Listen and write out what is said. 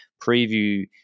preview